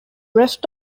rest